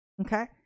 okay